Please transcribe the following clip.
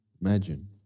Imagine